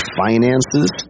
finances